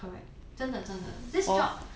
correct 真的真的